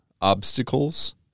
obstacles